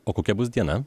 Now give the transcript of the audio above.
o kokia bus diena